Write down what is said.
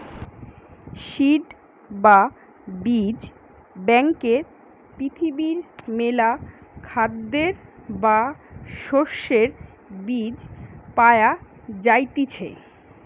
seed বা বীজ ব্যাংকে পৃথিবীর মেলা খাদ্যের বা শস্যের বীজ পায়া যাইতিছে